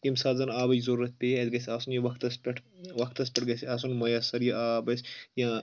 ییٚمہِ ساتہٕ زَن آبٕچ ضرورت پیہِ اَسہِ گژھِ آسُن یہِ وقَتس پؠٹھ وقَتس پؠٹھ گژھِ آسُن مۄیَسر یہِ آب اَسہِ یا